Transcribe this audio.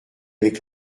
avec